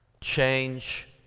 change